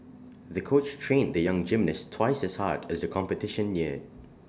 the coach trained the young gymnast twice as hard as the competition neared